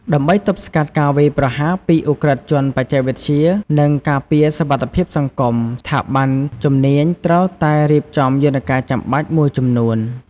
ដើម្បី ទប់ស្កាត់ការវាយប្រហារ ពី ឧក្រិដ្ឋជនបច្ចេកវិទ្យា និង ការពារសុវត្ថិភាពសង្គម ស្ថាប័នជំនាញ ត្រូវតែ រៀបចំយន្តការចាំបាច់មួយចំនួន។